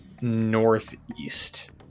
northeast